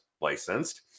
licensed